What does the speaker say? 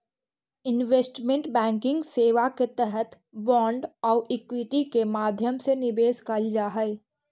investment banking सेवा के तहत बांड आउ इक्विटी के माध्यम से निवेश कैल जा हइ